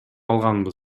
алганбыз